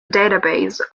database